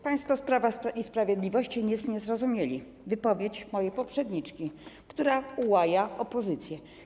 Państwo z Prawa i Sprawiedliwości nic nie zrozumieli - wypowiedź mojej poprzedniczki, która łaja opozycję.